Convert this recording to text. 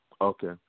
okay